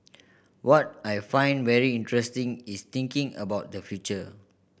what I find very interesting is thinking about the future